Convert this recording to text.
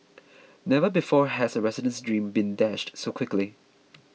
never before has a resident's dream been dashed so quickly